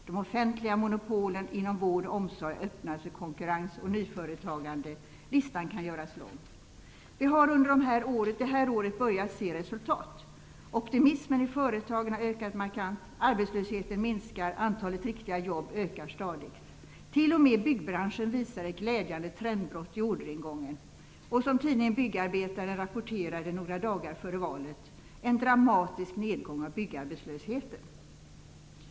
De offentliga monopolen inom vård och omsorg har öppnats för konkurrens och nyföretagande. Listan kan göras lång. Vi har under det här året börjat se resultat. Optimismen i företagen har ökat markant. Arbetslösheten minskar. Antalet riktiga jobb ökar stadigt. T.o.m. byggbranschen visar ett glädjande trendbrott i orderingången och, som tidningen Byggarbetaren rapporterade några dagar före valet, en dramatisk nedgång av byggarbetslösheten.